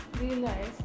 realize